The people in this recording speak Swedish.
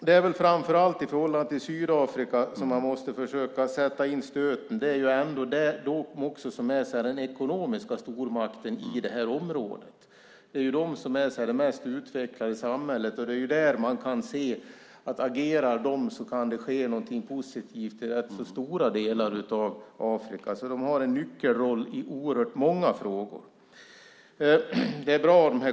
Det är framför allt i förhållande till Sydafrika som man måste försöka sätta in stöten. Sydafrika är ändå den ekonomiska stormakten i området och det mest utvecklade samhället. Vi kan se att agerar de kan det ske något positivt i rätt stora delar av Afrika, så de har en nyckelroll i oerhört många frågor.